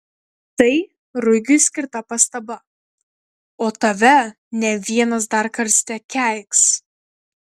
tai ruigiui skirta pastaba o tave ne vienas dar karste keiks